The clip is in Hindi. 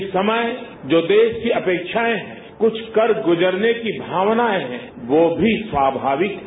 इस समय जो देश की अपेक्षाएं हैं कुछ कर गुजरने की भावनाएं हैं वो भी स्वाभाविक है